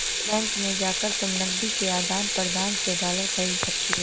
bank में जाकर तुम नकदी के आदान प्रदान से डॉलर खरीद सकती हो